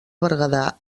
berguedà